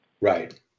Right